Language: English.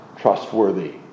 trustworthy